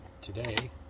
today